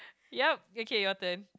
yup okay your turn